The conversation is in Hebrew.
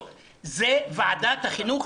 גם לפגיעה בקטינות זה ועדת החינוך,